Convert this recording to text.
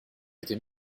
était